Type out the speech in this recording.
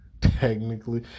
Technically